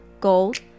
gold